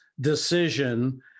decision